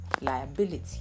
liability